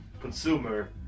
consumer